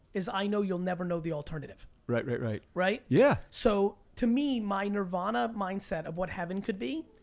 is i know you'll never know the alternative. right, right, right. right? yeah. so, to me, my nirvana mindset of what heaven could be,